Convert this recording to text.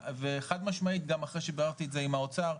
וחד משמעית גם אחרי שביררתי את זה עם האוצר,